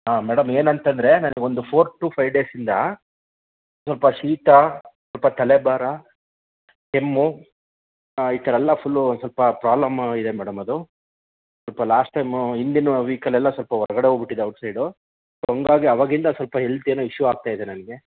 ಹಾಂ ಮೇಡಮ್ ಏನಂತಂದ್ರೆ ನನಗೊಂದು ಫೋರ್ ಟು ಫೈವ್ ಡೇಸಿಂದ ಸ್ವಲ್ಪ ಶೀತ ಸ್ವಲ್ಪ ತಲೆಭಾರ ಕೆಮ್ಮು ಈ ಥರಯೆಲ್ಲ ಫುಲ್ಲು ಒಂದು ಸ್ವಲ್ಪ ಪ್ರಾಬ್ಲಮ್ ಇದೆ ಮೇಡಮ್ ಅದು ಸ್ವಲ್ಪ ಲಾಸ್ಟ್ ಟೈಮು ಹಿಂದಿನ ವೀಕಲ್ಲೆಲ್ಲ ಸ್ವಲ್ಪ ಹೊರಗಡೆ ಹೋಗಿ ಬಿಟ್ಟಿದ್ದೆ ಔಟ್ಸೈಡು ಹಾಗಾಗಿ ಆವಾಗಿಂದ ಸ್ವಲ್ಪ ಹೆಲ್ತ್ ಏನೋ ಇಶ್ಯೂ ಆಗ್ತಾ ಇದೆ ನನಗೆ